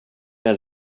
jag